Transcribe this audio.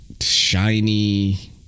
shiny